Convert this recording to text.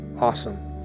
Awesome